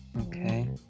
Okay